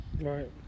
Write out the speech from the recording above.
right